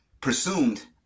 presumed